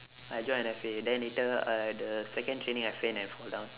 I joined and I faint then later uh the second training I faint and I fall down